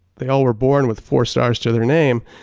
they all were born with four stars to their name.